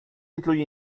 incluye